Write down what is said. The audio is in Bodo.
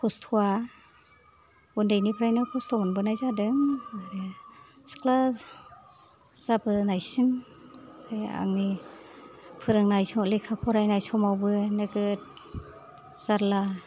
खस्थ'आ उन्दैनिफ्रायनो खस्थ' मोनबोनाय जादों आरो सिख्ला जाबोनायसिम बे आंनि फोरोंनाय समाव लेखा फरायनाय समावबो नोगोद जारला